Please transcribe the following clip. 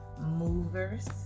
movers